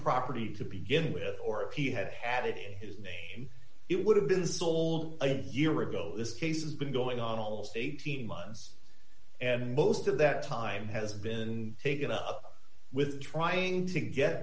property to begin with or if he had had it in his name it would have been sold a year ago this case has been going on almost eighteen months and most of that time has been taken up with trying to get